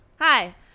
Hi